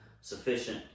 sufficient